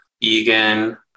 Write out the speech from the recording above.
Egan